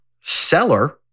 seller